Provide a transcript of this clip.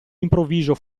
improvviso